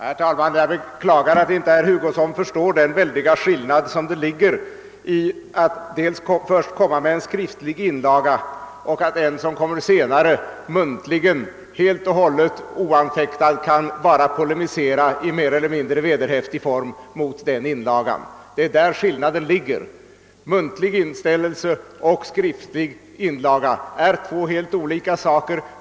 Herr talman! Jag beklagar att inte herr Hugosson förstår den väldiga skillnad som ligger mellan att jag först kommer med en skriftlig inlaga och att min motpart senare muntligen helt och hållet oanfäktad får polemisera i mer eller mindre vederhäftig form mot den inlagan. Det är där skillnaden ligger. Muntlig inställelse och skriftlig inlaga är olika saker.